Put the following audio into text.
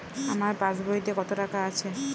আমার পাসবইতে কত টাকা আছে?